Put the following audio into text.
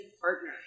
partner